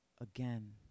again